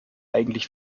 eigentlich